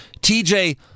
TJ